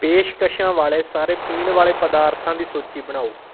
ਪੇਸ਼ਕਸ਼ਾਂ ਵਾਲੇ ਸਾਰੇ ਪੀਣ ਵਾਲੇ ਪਦਾਰਥਾਂ ਦੀ ਸੂਚੀ ਬਣਾਓ